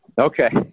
Okay